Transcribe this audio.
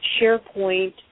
SharePoint